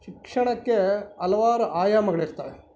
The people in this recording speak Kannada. ಶಿಕ್ಷಣಕ್ಕೆ ಹಲವಾರು ಆಯಾಮಗಳಿರ್ತವೆ